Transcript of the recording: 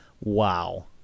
wow